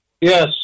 Yes